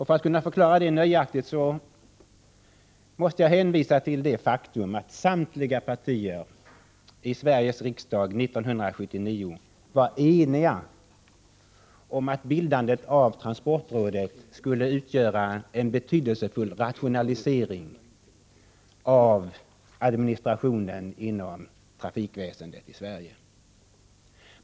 För att kunna förklara det nöjaktigt måste jag hänvisa till det faktum att samtliga partier i Sveriges riksdag 1979 var eniga om att bildandet av transportrådet skulle utgöra en betydelsefull rationalisering av administrationen inom trafikväsendet i Sverige.